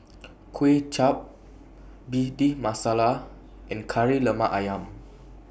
Kway Chap Bhindi Masala and Kari Lemak Ayam